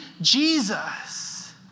Jesus